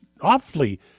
awfully